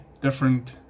different